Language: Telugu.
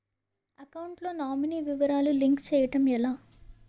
అకౌంట్ లో నామినీ వివరాలు లింక్ చేయటం ఎలా?